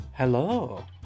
Hello